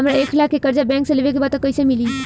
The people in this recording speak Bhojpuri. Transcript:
हमरा एक लाख के कर्जा बैंक से लेवे के बा त कईसे मिली?